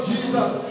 Jesus